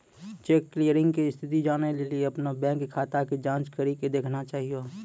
cheque clearing के स्थिति जानै लेली अपनो बैंक खाता के जांच करि के देखना चाहियो